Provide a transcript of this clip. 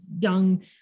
young